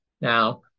now